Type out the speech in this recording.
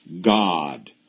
God